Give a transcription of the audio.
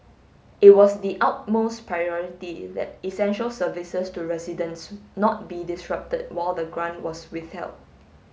it was the utmost priority that essential services to residents not be disrupted while the grant was withheld